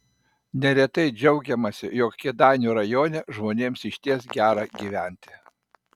neretai džiaugiamasi jog kėdainių rajone žmonėms išties gera gyventi